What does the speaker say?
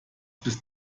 bist